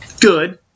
good